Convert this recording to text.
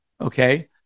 Okay